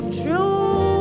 true